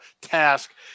task